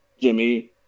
Jimmy